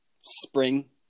spring